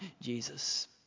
Jesus